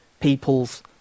people's